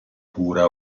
pura